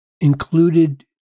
included